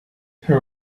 her